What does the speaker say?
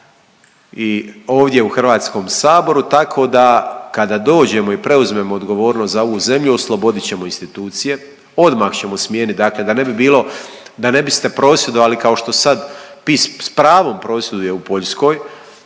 i ovdje u Hrvatskom saboru tako da kada dođemo i preuzmemo odgovornost za ovu zemlju oslobodit ćemo institucije, odmah ćemo smijeniti, dakle da ne bi bilo, da ne biste prosvjedovali kao što sad PIS s pravom prosvjeduje u Poljskoj.